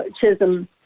Chisholm